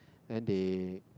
and they